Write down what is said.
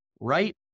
right